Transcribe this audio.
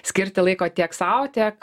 skirti laiko tiek sau tiek